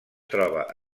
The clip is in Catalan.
troba